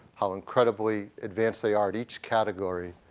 how incredibly advanced they are at each category,